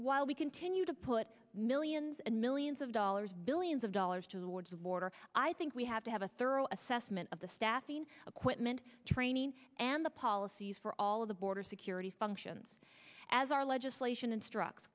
while we continue to put millions and millions of dollars billions of dollars towards border i think we have to have a thorough assessment of the staffing equipment training and the policies for all of the border security functions as our legislation instructs